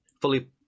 fully